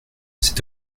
cet